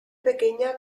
pequeña